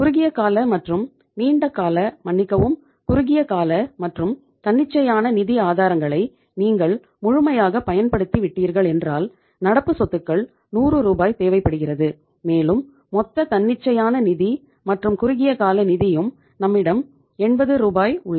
குறுகிய கால மற்றும் நீண்ட கால மன்னிக்கவும் குறுகிய கால மற்றும் தன்னிச்சையான நிதி ஆதாரங்களை நீங்கள் முழுமையாகப் பயன்படுத்தி விட்டீர்கள் என்றால் நடப்பு சொத்துகள் 100 ரூபாய் தேவைப்படுகிறது மேலும் மொத்த தன்னிச்சையான நிதி மற்றும் குறுகிய கால நிதியும் நம்மிடம் 80 ரூ உள்ளது